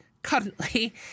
Currently